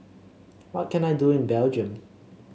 what can I do in Belgium